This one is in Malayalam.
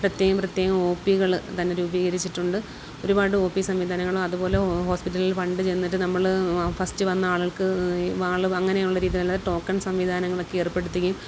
പ്രത്യേകം പ്രത്യേകം ഓ പ്പികൾ തന്നെ രൂപീകരിച്ചിട്ടുണ്ട് ഒരുപാട് ഓ പ്പീ സംവിധാനങ്ങളും അതുപോലെ ഹോസ്പിറ്റലിൽ പണ്ടു ചെന്നിട്ട് നമ്മൾ ഫസ്റ്റ് വന്ന ആളുകൾക്ക് ആൾ അങ്ങനെയുള്ള രീതികൾ ടോക്കൺ സംവിധാനങ്ങൾക്കേർപ്പെടുത്തുകയും